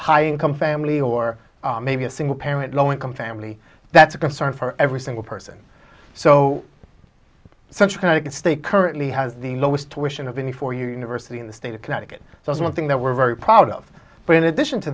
high income family or maybe a single parent low income family that's a concern for every single person so such going to stay currently has the lowest wishin of any four year university in the state of connecticut so it's one thing that we're very proud of but in addition to